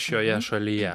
šioje šalyje